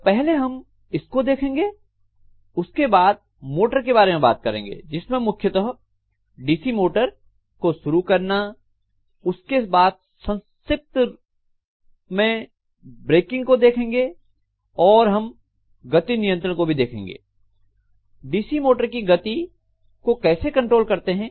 तो पहले हम इसको देखेंगे उसके बाद मोटर के बारे में बात करेंगे जिसमें मुख्यतः डीसी मोटर को शुरू करना उसके बाद संक्षिप्त में ब्रेकिंग को देखेंगे और हम गति नियंत्रण को भी देखेंगे डीसी मोटर की गति को कैसे कंट्रोल करते हैं